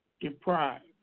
deprived